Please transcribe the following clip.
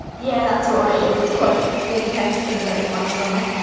yeah that's right it was quite intense but a very fun summer!